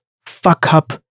fuck-up